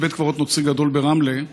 יש בית קברות נוצרי גדול ברמלה,